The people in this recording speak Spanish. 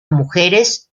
mujeres